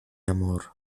amor